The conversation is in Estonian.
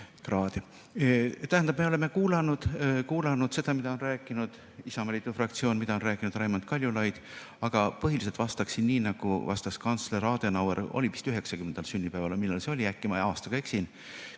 kraadi. Me oleme kuulanud seda, mida on rääkinud Isamaa fraktsioon, mida on rääkinud Raimond Kaljulaid. Aga põhiliselt vastaksin nii, nagu vastas kantsler Adenauer oma 90. sünnipäeval või millal see oli, äkki ma aastaga eksin.